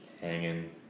hanging